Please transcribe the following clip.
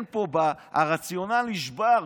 הרציונל נשבר.